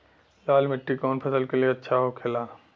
लाल मिट्टी कौन फसल के लिए अच्छा होखे ला?